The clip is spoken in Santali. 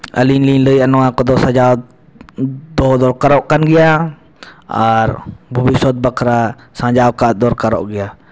ᱟᱹᱞᱤᱧ ᱞᱤᱧ ᱞᱟᱹᱭᱟ ᱱᱚᱣᱟ ᱠᱚᱫᱚ ᱥᱟᱡᱟᱣ ᱫᱚᱦᱚ ᱫᱚᱨᱠᱟᱜᱚ ᱠᱟᱱ ᱜᱮᱭᱟ ᱟᱨ ᱵᱷᱚᱵᱤᱥᱥᱚᱛ ᱵᱟᱠᱷᱨᱟ ᱥᱟᱡᱟᱣ ᱠᱟᱜ ᱫᱚᱨᱠᱟᱨᱚᱜ ᱜᱮᱭᱟ